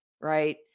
right